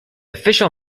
official